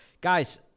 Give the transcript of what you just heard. Guys